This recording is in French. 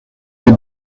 des